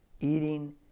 eating